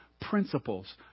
principles